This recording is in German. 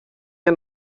wir